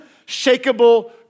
unshakable